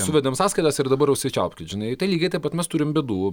suvedėm sąskaitas ir dabar užsičiaupkit žinai tai lygiai taip pat mes turim bėdų